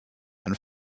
and